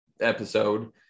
episode